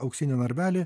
auksinį narvelį